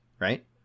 right